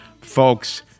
Folks